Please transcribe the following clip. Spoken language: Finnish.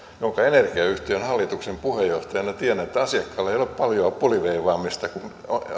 energiayhtiön hallituksen puheenjohtajana tiedän että asiakkaalla ei ole paljoa puliveivaamista kun